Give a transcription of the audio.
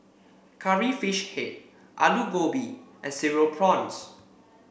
Curry Fish Head Aloo Gobi and Cereal Prawns